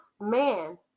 man